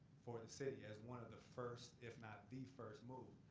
for the city, as one of the first, if not the first move.